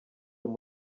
bava